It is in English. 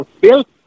Bill